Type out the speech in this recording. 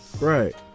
Right